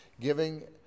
giving